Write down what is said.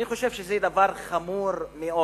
אני חושב שזה דבר חמור מאוד,